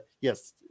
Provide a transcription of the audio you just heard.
Yes